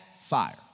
fire